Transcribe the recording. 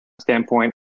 standpoint